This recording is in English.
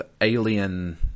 alien